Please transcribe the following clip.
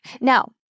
Now